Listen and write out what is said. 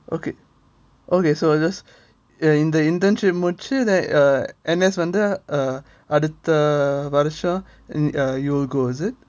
okay okay so I just in the internship முடிச்சு:mudichu and err N_S வந்து அடுத்த வருஷம்:vandhu adutha varusam uh a year ago is it